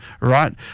right